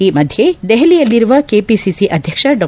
ಈ ಮಧ್ಯೆ ದೆಪಲಿಯಲ್ಲಿರುವ ಕೆಪಿಸಿ ಅಧ್ಯಕ್ಷ ಡಾ